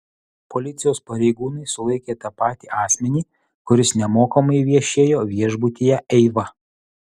policijos pareigūnai sulaikė tą patį asmenį kuris nemokamai viešėjo viešbutyje eiva